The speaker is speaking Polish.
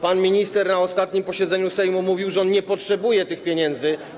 Pan minister na ostatnim posiedzeniu Sejmu mówił, że nie potrzebuje tych pieniędzy.